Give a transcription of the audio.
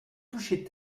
toucher